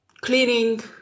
cleaning